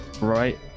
right